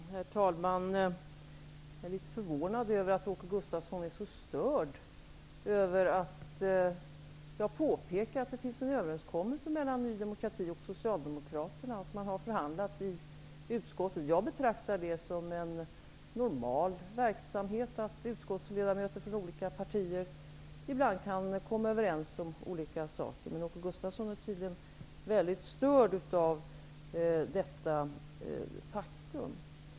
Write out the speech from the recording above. Herr talman! Jag är litet förvånad över att Åke Gustavsson är så störd av att jag påpekar att det finns en överenskommelse mellan Ny demokrati och Socialdemokraterna, att man har förhandlat i utskottet. Jag betraktar det som en normal verksamhet att utskottets ledamöter från olika partier ibland kommer överens om olika saker. Men Åke Gustavsson är tydligen väldigt störd av detta faktum.